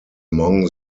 among